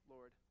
Lord